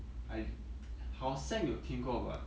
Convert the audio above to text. I how 好像有听过 but